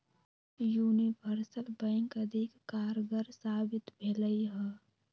universal bank अधिक कारगर साबित भेलइ ह